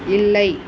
இல்லை